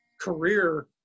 career